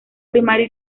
primaria